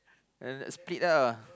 split ah